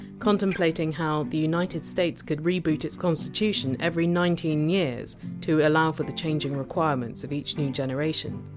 contemplating how the united states could reboot its constitution every nineteen years to allow for the changing requirements of each new generation.